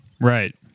Right